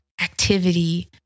activity